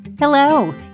Hello